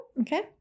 Okay